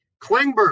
Klingberg